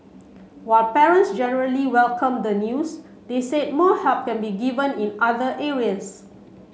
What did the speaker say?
while parents generally welcomed the news they said more help can be given in other areas